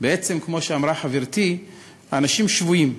בעצם כמו שאמרה חברתי, האנשים שבויים.